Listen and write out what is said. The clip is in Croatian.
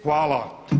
Hvala.